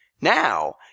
Now